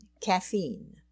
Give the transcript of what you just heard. Caffeine